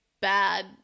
bad